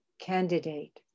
candidate